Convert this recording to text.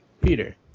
Peter